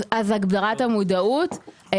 הגברת המודעות,